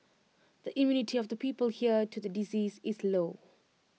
the immunity of the people here to the disease is low